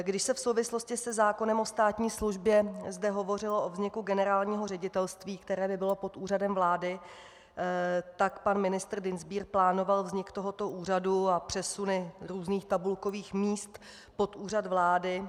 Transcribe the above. Když se v souvislosti se zákonem o státní službě zde hovořilo o vzniku generálního ředitelství, které by bylo pod Úřadem vlády, tak pan ministr Dienstbier plánoval vznik tohoto úřadu a přesuny různých tabulkových míst pod Úřad vlády.